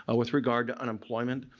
ah with regard to unemployment,